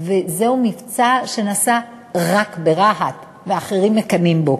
וזהו מבצע שנעשה רק ברהט, ואחרים מקנאים בו.